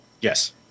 Yes